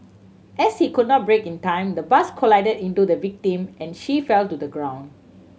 as he could not brake in time the bus collided into the victim and she fell to the ground